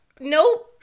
Nope